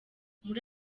muri